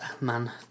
man